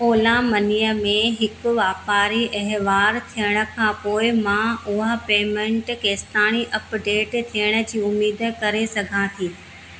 ओला मनीअ में हिक वापारी वहिंवार थियण खां पोइ मां उहा पेमेंट केसिताणी अपडेट थियण जी उमीद करे सघां थी